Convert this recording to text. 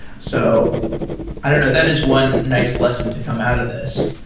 so i don't know. that is one nice lesson to come out of this.